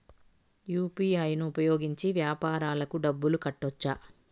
UPI ను ఉపయోగించి వ్యాపారాలకు డబ్బులు కట్టొచ్చా?